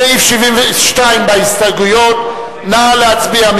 מס' 72 בהסתייגויות, נא להצביע.